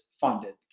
funded